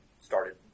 started